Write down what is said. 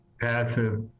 passive